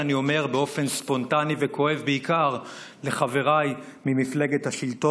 אני אומר "באופן ספונטני וכואב" בעיקר לחבריי ממפלגת השלטון,